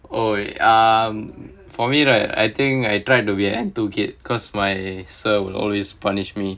oh um for me right I think I tried to be an enthusiastic kid because my sir will always punish me